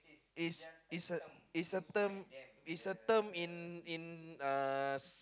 is is a is a term is a term in in uh